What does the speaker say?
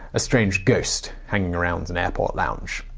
a strange ghost hanging around an airport lounge.